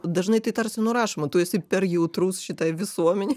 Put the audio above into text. dažnai tai tarsi nurašoma tu esi per jautrus šitą visuomenei